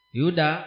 yuda